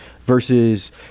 versus